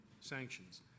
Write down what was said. sanctions